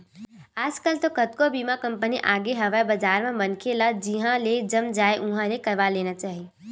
आजकल तो कतको बीमा कंपनी आगे हवय बजार म मनखे ल जिहाँ ले जम जाय उहाँ ले करवा लेना चाही